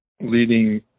leading